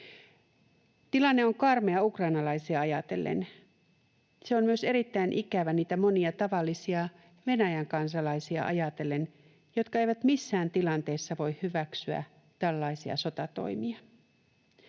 Tilanne on karmea ukrainalaisia ajatellen. Se on myös erittäin ikävä niitä monia tavallisia Venäjän kansalaisia ajatellen, jotka eivät missään tilanteessa voi hyväksyä tällaisia sotatoimia.